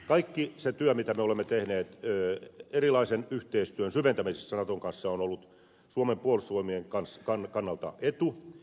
kaikki se työ mitä me olemme tehneet erilaisen yhteistyön syventämisessä naton kanssa on ollut suomen puolustusvoimien kannalta etu